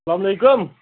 اَسَلامُ علیکُم